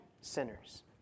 sinners